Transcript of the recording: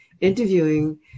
interviewing